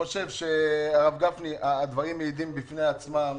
הרב גפני, הדברים מעידים בפני עצמם.